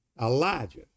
Elijah